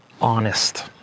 honest